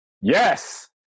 Yes